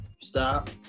stop